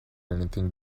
anything